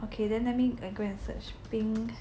okay then let me go and search pink